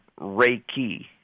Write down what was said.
Reiki